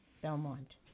Belmont